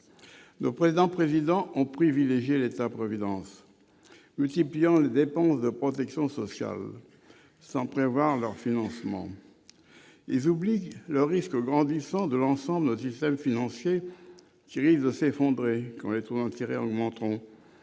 le président président ont privilégié l'État-providence, multipliant les dépenses de protection sociale sans prévoir leur financement, ils oublient le risque grandissant de l'ensemble du système financier j'aussi effondrée connaîtront tirer augmenteront